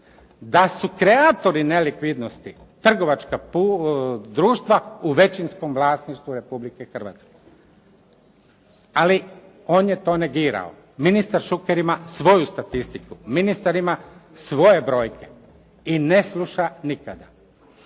da su kreatori nelikvidnosti trgovačka društva u većinskom vlasništvu Republike Hrvatske. Ali on je to negirao. Ministar Šuker ima svoju statistiku, ministar ima svoje brojke i ne sluša nikada.